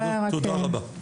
תודה רבה.